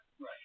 Right